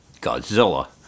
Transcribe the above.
Godzilla